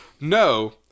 no